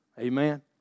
Amen